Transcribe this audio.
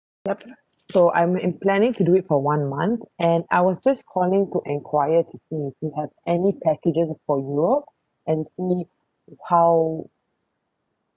yup so I'm I'm planning to do it for one month and I was just calling to enquire to see if you have any packages for europe and see how